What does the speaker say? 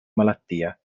malattia